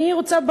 אני רוצה,